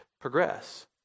progress